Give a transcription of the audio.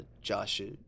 Joshua